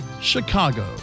Chicago